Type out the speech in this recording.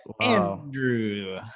Andrew